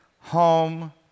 home